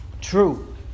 true